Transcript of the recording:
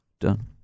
Done